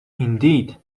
indeed